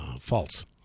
False